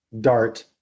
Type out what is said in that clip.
dart